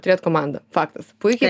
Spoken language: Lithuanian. turėt komandą faktas puikiai